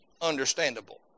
understandable